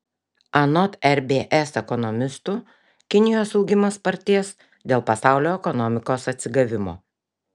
anot rbs ekonomistų kinijos augimas spartės dėl pasaulio ekonomikos atsigavimo